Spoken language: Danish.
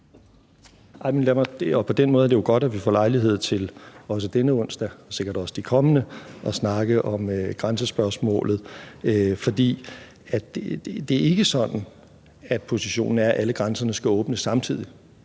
Hækkerup): Det er jo godt, at vi får lejlighed til også denne onsdag og sikkert også de kommende at snakke om grænsespørgsmålet. For det er ikke sådan, at positionen er, at alle grænser skal åbne samtidig.